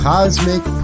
Cosmic